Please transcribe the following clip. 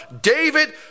David